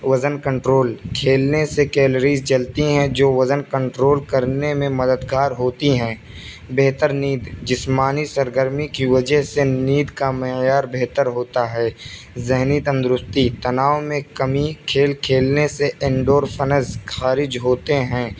وزن کنٹرول کھیلنے سے کیلریز جلتی ہیں جو وزن کنٹرول کرنے میں مددگار ہوتی ہیں بہتر نیند جسمانی سرگرمی کی وجہ سے نیند کا معیار بہتر ہوتا ہے ذہنی تندرستی تناؤ میں کمی کھیل کھیلنے سے انڈورفنز خارج ہوتے ہیں